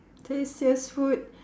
tastiest food